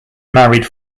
married